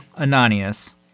Ananias